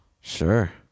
Sure